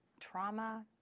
Trauma